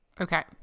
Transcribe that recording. Okay